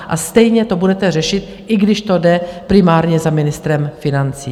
A stejně to budete řešit, i když to jde primárně za ministrem financí.